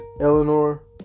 Eleanor